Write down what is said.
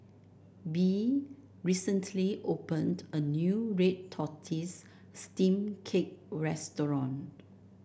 Bea recently opened a new Red Tortoise Steamed Cake restaurant